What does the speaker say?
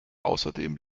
außerdem